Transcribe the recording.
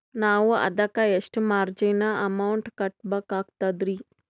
ನಾವು ಅದಕ್ಕ ಎಷ್ಟ ಮಾರ್ಜಿನ ಅಮೌಂಟ್ ಕಟ್ಟಬಕಾಗ್ತದ್ರಿ?